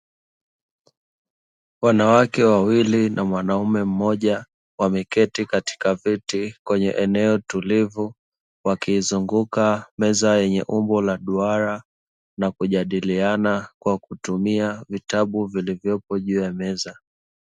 Wanawake wawili na mwanaume mmoja wameketi katika vyeti kwenye eneo tulivu, wakizunguka meza yenye umbo la duara na kujadiliana kwa kutumia vitabu vilivyopo juu ya meza.